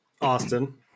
Austin